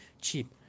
cheap